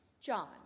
John